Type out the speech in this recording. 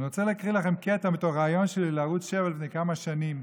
אני רוצה להקריא לכם קטע מתוך ריאיון שלי לערוץ 7 לפני כמה שנים.